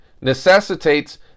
necessitates